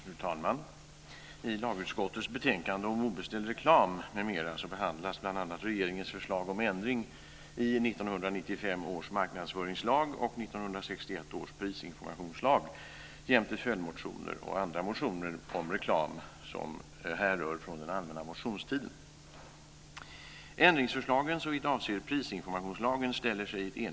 Fru talman! I lagutskottets betänkande om obeställd reklam m.m. behandlas bl.a. regeringens förslag om ändring i 1995 års marknadsföringslag och 1991 Ett enigt lagutskott ställer sig bakom ändringsförslagen såvitt avser prisinformationslagen.